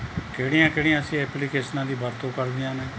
ਕਿਹੜੀਆਂ ਕਿਹੜੀਆਂ ਅਸੀਂ ਐਪਲੀਕੇਸ਼ਨਾਂ ਦੀ ਅਸੀਂ ਵਰਤੋਂ ਕਰਦੇ ਹਨ